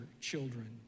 children